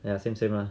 !aiya! same same lah